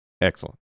Excellent